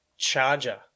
charger